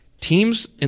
teams